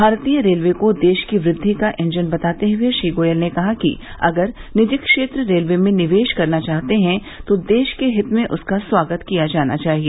भारतीय रेलवे को देश की वृद्वि का इंजन बताते हुए श्री गोयल ने कहा कि अगर निजी क्षेत्र रेलवे में निवेश करना चाहता है तो देश के हित में उसका स्वागत किया जाना चाहिए